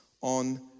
on